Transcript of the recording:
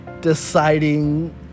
deciding